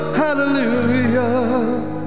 hallelujah